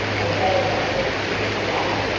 a vagabond of the deepest dye,